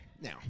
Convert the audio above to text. Now